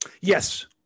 Yes